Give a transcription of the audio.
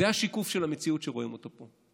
זה השיקוף של המציאות שרואים אותה פה.